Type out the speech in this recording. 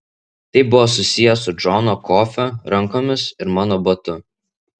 tai buvo susiję su džono kofio rankomis ir mano batu